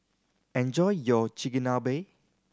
enjoy your Chigenabe